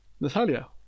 Natalia